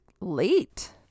late